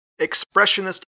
expressionist